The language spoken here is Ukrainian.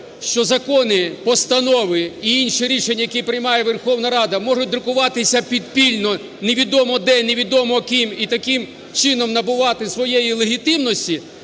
що закони, постанови і інші рішення, які приймає Верховна Рада, можуть друкуватися підпільно, невідомо де і невідомо ким, і таким чином набувати своєї легітимності,